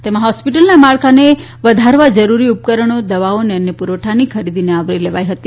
તેમાં હોસ્પિટલના માળખાને વધારવા જરૂરી ઉપકરણો દવાઓ અને અન્ય પુરવઠાની ખરીદીને આવરી લેવાઈ હતી